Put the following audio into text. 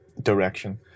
direction